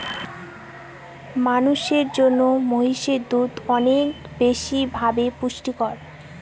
মানুষের জন্য মহিষের দুধ অনেক বেশি ভাবে পুষ্টিকর